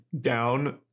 down